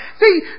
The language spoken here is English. see